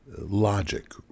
logic